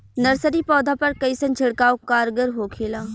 Nursery पौधा पर कइसन छिड़काव कारगर होखेला?